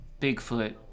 Bigfoot